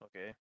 okay